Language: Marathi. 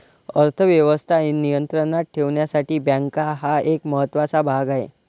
अर्थ व्यवस्था नियंत्रणात ठेवण्यासाठी बँका हा एक महत्त्वाचा भाग आहे